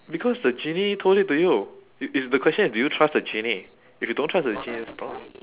because the genie told it to you if it's the question is do you trust the genie if you don't trust the genie that's the problem